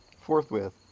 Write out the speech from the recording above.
forthwith